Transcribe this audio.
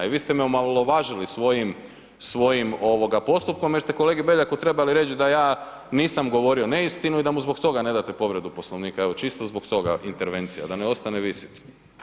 I vi ste me omalovažili svojim postupkom jer ste kolegi Beljaku trebali reć da ja nisam govorio neistinu i da mu zbog toga ne date povredu Poslovnika, evo čisto zbog toga intervencija da ne ostane visit.